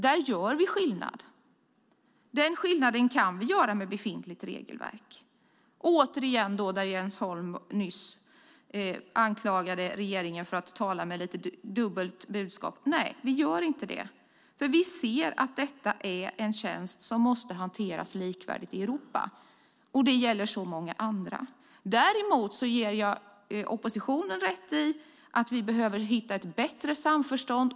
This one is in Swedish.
Vi gör skillnad. Den skillnaden kan vi göra med befintligt regelverk. Jens Holm anklagade regeringen för att komma med dubbla budskap. Så är det inte. Vi ser att detta är en tjänst som måste hanteras likvärdigt i Europa. Det gäller så många andra. Däremot ger jag oppositionen rätt i att vi behöver hitta ett bättre samförstånd.